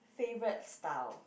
favorite style